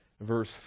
verse